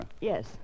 Yes